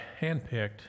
handpicked